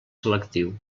selectiu